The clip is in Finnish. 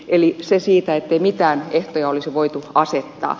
eli se siitä ettei mitään ehtoja olisi voitu asettaa